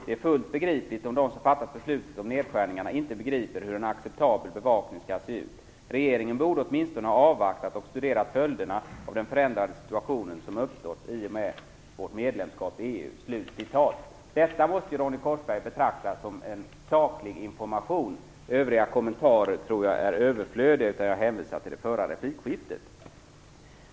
Det är fullt begripligt om de som fattat beslutet om nedskärningarna inte begriper hur en acceptabel bevakning ska se ut. Regeringen borde åtminstone ha avvaktat och studerat följderna av den förändrade situation som uppstått i och med vårt medlemskap i EU". Detta måste Ronny Korsberg betrakta som en saklig information. Övriga kommentarer tror jag är överflödiga, utan jag hänvisar till det förra replikskiftet.